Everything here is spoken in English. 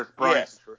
yes